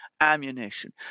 ammunition